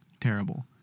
terrible